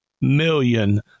million